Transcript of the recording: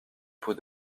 pot